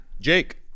Jake